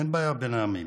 אין בעיה בין העמים,